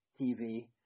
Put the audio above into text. TV